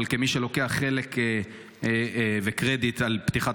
אבל מי שלוקח חלק בקרדיט על פתיחת